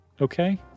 Okay